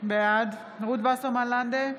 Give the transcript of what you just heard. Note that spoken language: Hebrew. בעד רות וסרמן לנדה,